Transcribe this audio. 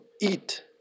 eat